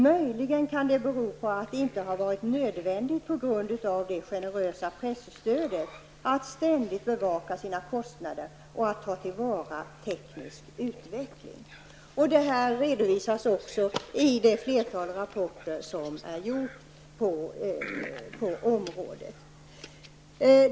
Möjligen kan det bero på att det inte har varit nödvändigt på grund av det generösa presstödet att ständigt bevaka sina kostnader och ta till vara teknisk utveckling.'' Det här redovisas också i det flertal rapporter som är gjorda på området.